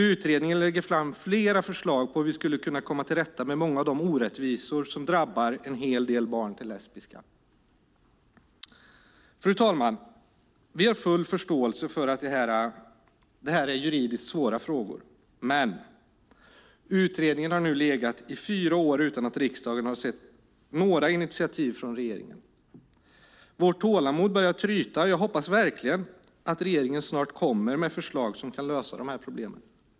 Utredningen lägger fram flera förslag på hur vi skulle kunna komma till rätta med många av de orättvisor som drabbar en hel del barn till lesbiska. Fru talman! Vi har full förståelse för att det här är juridiskt svåra frågor, men utredningen har nu legat i fyra år utan att riksdagen har sett några initiativ från regeringen. Vårt tålamod börjar tryta, och jag hoppas verkligen att regeringen snart kommer med förslag som kan lösa de här problemen.